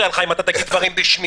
אומר בשמי,